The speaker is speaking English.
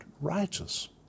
righteous